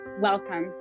welcome